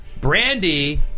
brandy